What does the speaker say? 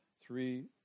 three